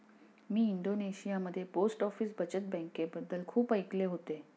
मी इंडोनेशियामध्ये post office बचत बँकेबद्दल खूप ऐकले होते